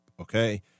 okay